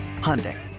Hyundai